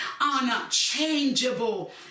unchangeable